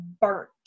burnt